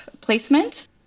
placement